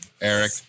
Eric